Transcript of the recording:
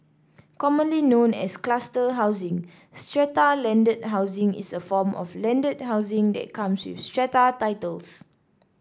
commonly known as cluster housing strata landed housing is a form of landed housing that comes with strata titles